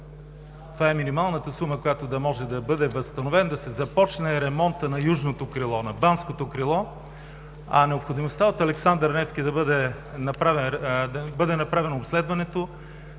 Това е минималната сума, с която да може да бъде възстановен, да се започне ремонтът на южното крило, на Банското крило. А необходимостта да бъде направено обследването